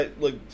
look